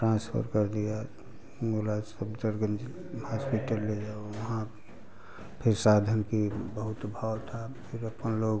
transfer कर दिया बोला सफदरगंज हास्पिटल ले जाओ वहाँ फिर साधन किए बहुत भाव था फिर अपन लोग